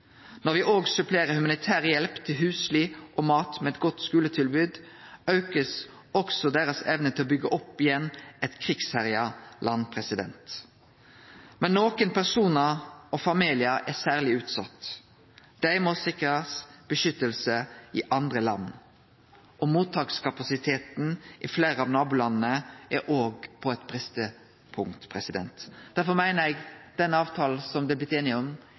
Når me òg supplerer humanitær hjelp til husly og mat med eit godt skuletilbod, aukar me også evna deira til å byggje opp igjen eit krigsherja land. Nokre personar og familiar er særleg utsette. Dei må sikrast vern i andre land, og mottakskapasiteten i fleire av nabolanda er òg på ei brestepunkt. Derfor meiner eg at denne avtalen som me er blitt einige om,